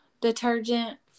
detergent